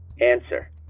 Answer